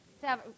Seven